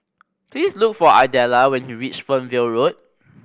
please look for Idella when you reach Fernvale Road